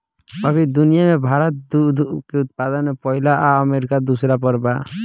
अभी दुनिया में भारत दूध के उत्पादन में पहिला आ अमरीका दूसर पर बा